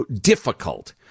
difficult